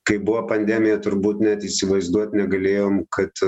kai buvo pandemija turbūt net įsivaizduot negalėjom kad